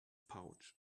pouch